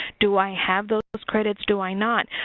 do i have those those credits, do i not?